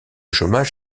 chômage